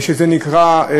שזה נקרא,